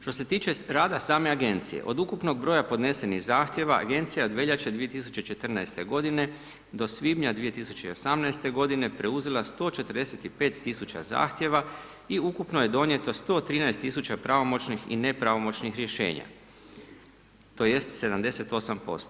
Što se tiče rada same agencije, od ukupnog broja podnesenih zahtjeva agencija je od veljače 2014. godine do svibnja 2018. godine preuzela 145 tisuća zahtjeva i ukupno je donijeto 113 tisuća pravomoćnih i nepravomoćnih rješenja, tj. 78%